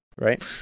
right